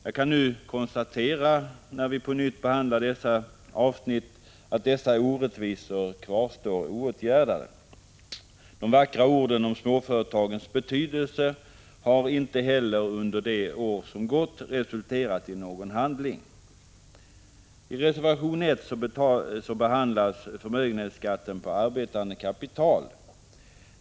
Jag kan nu konstatera, när vi på nytt behandlar dessa avsnitt, att orättvisorna kvarstår oåtgärdade. De vackra orden om småföretagens betydelse har inte heller under det år som gått resulterat i någon handling. I reservation 1 behandlas förmögenhetsskatten på arbetande kapital.